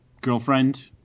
girlfriend